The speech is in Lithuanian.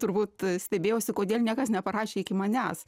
turbūt stebėjausi kodėl niekas neparašė iki manęs